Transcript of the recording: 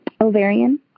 Ovarian